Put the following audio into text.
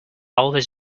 always